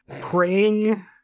praying